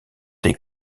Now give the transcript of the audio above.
des